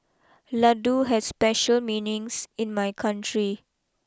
Ladoo has special meanings in my country